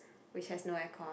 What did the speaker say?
which has no aircon